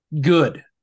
good